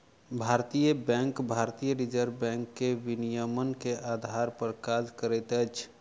भारतीय बैंक भारतीय reserve bank के विनियमन के आधार पर काज करैत अछि